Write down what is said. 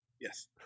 Yes